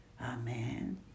Amen